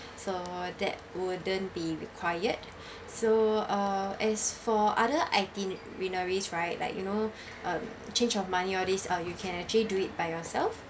so that wouldn't be required so uh as for other itineraries right like you know uh change of money all these uh you can actually do it by yourself